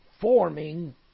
forming